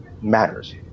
matters